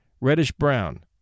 Reddish-brown